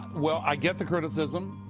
well, i get the criticism,